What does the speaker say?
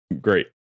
great